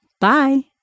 Bye